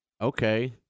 okay